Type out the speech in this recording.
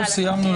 הישיבה